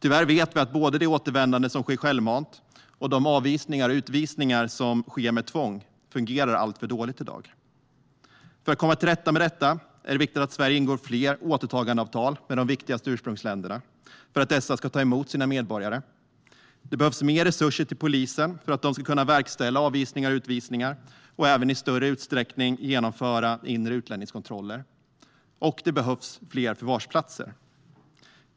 Tyvärr vet vi att både det återvändande som sker självmant och de avvisningar och utvisningar som sker med tvång fungerar alltför dåligt i dag. För att komma till rätta med detta är det viktigt att Sverige ingår fler återtagandeavtal med de viktigaste ursprungsländerna för att de ska ta emot sina medborgare. Det behövs mer resurser till polisen för att de ska kunna verkställa avvisningar och utvisningar och även i större utsträckning genomföra inre utlänningskontroller. Det behövs även fler förvarsplatser.